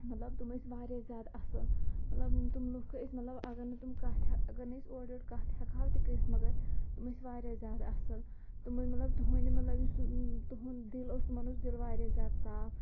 مطلب تِم ٲسۍ واریاہ زیادٕ اَصٕل مَطلب تِم لُکھ ٲسۍ مطلب اگر نہٕ تِم کَتھ ہےٚ اگر نہٕ أسۍ اورٕ یورٕ کَتھ ہٮ۪کہٕ ہَو تہِ کٔرِتھ مگر تِم ٲسۍ واریاہ زیادٕ اَصل تِم ٲسۍ مطلب تُہٕنٛدۍ مطلب یُس سُہ تُہُنٛد دِل اوس تِمَن اوس دِل واریاہ زیادٕ صاف